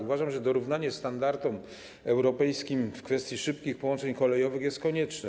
Uważam, że dorównanie standardom europejskim w kwestii szybkich połączeń kolejowych jest konieczne.